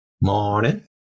morning